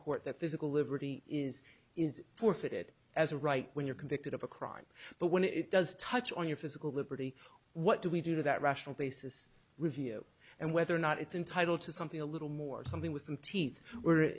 court that physical liberty is is forfeited as a right when you're convicted of a crime but when it does touch on your physical liberty what do we do that rational basis review and whether or not it's entitle to something a little more something with some teeth were